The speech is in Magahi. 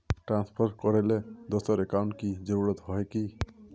ट्रांसफर करेला दोसर अकाउंट की जरुरत होय है की?